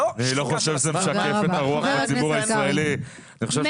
היינו כל הדרך בתיאום עם